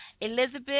Elizabeth